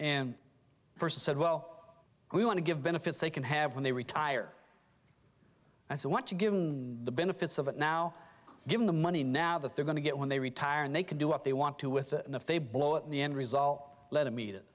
and first said well we want to give benefits they can have when they retire as they want to given the benefits of it now given the money now that they're going to get when they retire and they can do what they want to with it and if they blow at the end result let them eat it